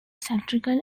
satirical